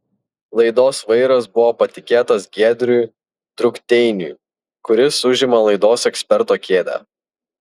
laidos vairas buvo patikėtas giedriui drukteiniui kuris užima laidos eksperto kėdę